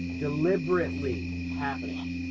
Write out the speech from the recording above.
deliberately happening.